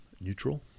neutral